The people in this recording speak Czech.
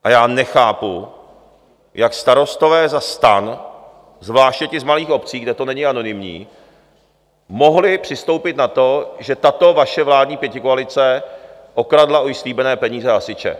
A já nechápu, jak starostové za STAN, zvláště ti z malých obcí, kde to není anonymní, mohli přistoupit na to, že tato vaše vládní pětikoalice okradla o již slíbené peníze hasiče.